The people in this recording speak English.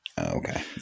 Okay